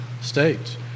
states